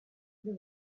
the